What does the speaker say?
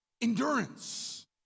Endurance